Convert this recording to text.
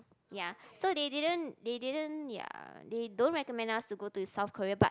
ya so they didn't they didn't ya they don't recommend us to go to South Korea but